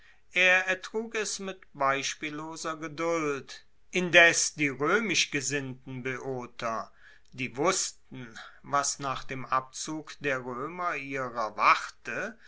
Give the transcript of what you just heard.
er ertrug es mit beispielloser geduld indes die roemisch gesinnten boeoter die wussten was nach dem abzug der roemer ihrer warte